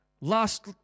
Last